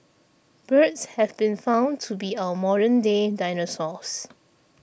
birds have been found to be our modern day dinosaurs